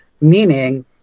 meaning